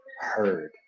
heard